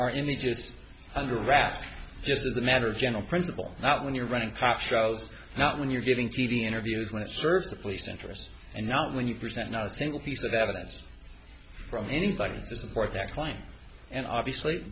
our images under wraps just as a matter of general principle not when you're running a cop shows not when you're giving t v interviews when it serves the police interest and not when you present not a single piece of evidence from anybody support that claim and obviously